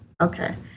Okay